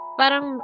parang